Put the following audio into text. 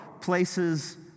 places